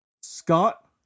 Scott